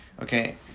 Okay